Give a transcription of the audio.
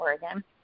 Oregon